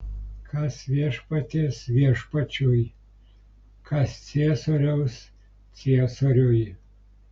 kas viešpaties viešpačiui kas ciesoriaus ciesoriui